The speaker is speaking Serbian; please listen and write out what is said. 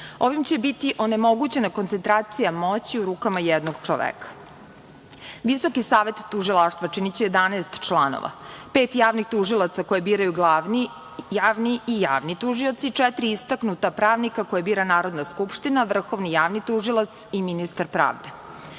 će biti onemogućena koncentracija moći u rukama jednog čoveka. Visoki savet tužilaštva činiće 11 članova, 5 javnih tužilaca koje biraju javni tužioci i 4 istaknuta pravnika koje bira Narodna Skupština, Vrhovni javni tužilac i ministar pravde. Član